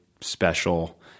special